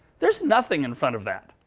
there's nothing in front of that.